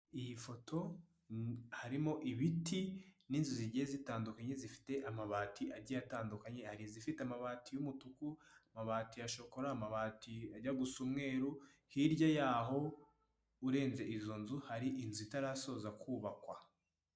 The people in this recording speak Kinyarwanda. Iyi foto harimo ibiti n'inzu zigiye zitandukanye zifite amabati agiye atandukanye, ari izifite amabati y'umutuku amabati ya shokora amabati ajya gu gusa umweru hirya ya'ho urenze izo nzu hari inzu itarasoza kubakwa.